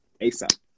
asap